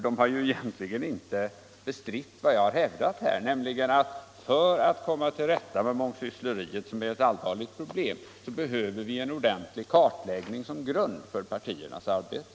De har egentligen inte bestritt vad jag har hävdat, nämligen att vi för att komma till rätta med mångsyssleriet, som är ett allvarligt problem, behöver en ordentlig kartläggning såsom grund för partiernas arbete.